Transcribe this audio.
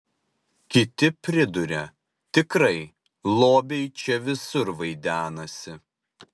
kiti priduria tikrai lobiai čia visur vaidenasi